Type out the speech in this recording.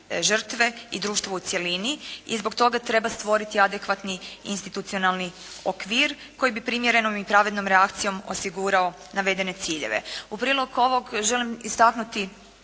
žrtve i društvo u cjelini i zbog toga treba stvoriti adekvatni institucionalni okvir koji bi primjerenom i pravednom reakcijom osigurao navedene ciljeve. U prilog ovog želim istaknuti